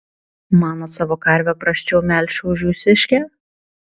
manot savo karvę prasčiau melšiu už jūsiškę